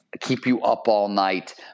keep-you-up-all-night